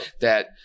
that-